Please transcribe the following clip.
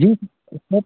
जी sir